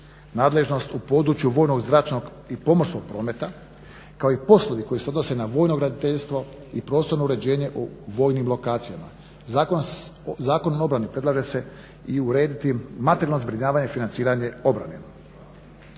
nadležnost u području vojnog, zračnog i pomorskog prometa, kao i poslovi koji se odnose na vojno graditeljstvo i prostorno uređenje u vojnim lokacijama. Zakonom o obrani predlaže se i urediti materijalno zbrinjavanje i financiranje obrane.